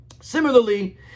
Similarly